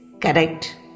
correct